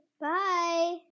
Bye